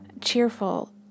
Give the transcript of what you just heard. cheerful